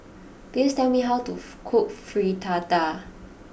please tell me how to cook Fritada